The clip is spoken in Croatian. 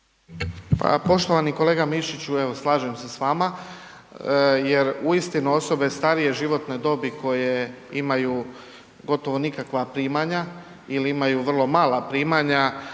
Pa poštovani kolega Mišiću evo slažem se s vama, jer uistinu osobe starije životne dobi koje imaju gotovo nikakva primanja ili imaju vrlo mala primanja